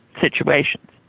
situations